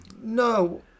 no